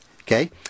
Okay